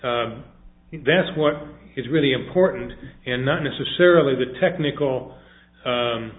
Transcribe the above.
that's what is really important and not necessarily the technical